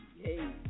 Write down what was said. hey